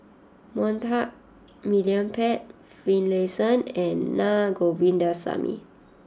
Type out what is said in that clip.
Monta William Pett Finlayson and Na Govindasamy